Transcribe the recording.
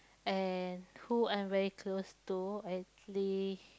and who I'm very close to actually